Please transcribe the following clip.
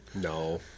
No